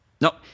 no